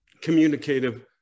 communicative